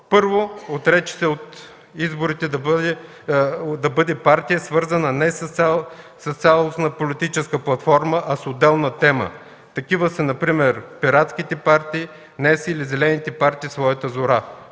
Първо, отрече се да бъде партия, свързана не с цялостна политическа платформа, а с отделна тема. Такива са например пиратските партии днес или зелените партии в своята зора.